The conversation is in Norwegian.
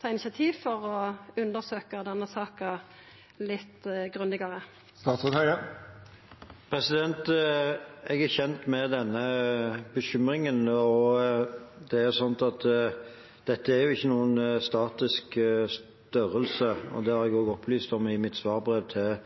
ta initiativ til å undersøkja denne saka litt grundigare. Jeg er kjent med denne bekymringen. Dette er ingen statisk størrelse, og det har jeg også opplyst om i mitt svarbrev